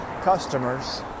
customers